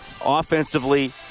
Offensively